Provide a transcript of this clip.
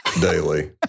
daily